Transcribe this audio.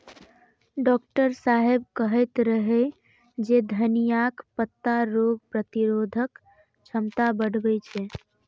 doctor साहेब कहैत रहै जे धनियाक पत्ता रोग प्रतिरोधक क्षमता बढ़बै छै